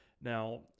Now